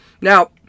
now